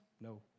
no